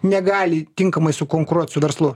negali tinkamai sukonkuruot su verslu